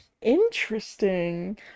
interesting